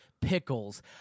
pickles